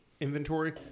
inventory